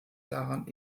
daran